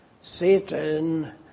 Satan